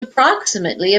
approximately